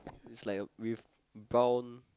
is like a with brown